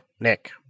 Nick